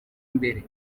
imbere